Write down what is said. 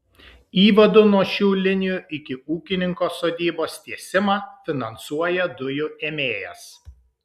įvadų nuo šių linijų iki ūkininko sodybos tiesimą finansuoja dujų ėmėjas